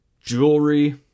jewelry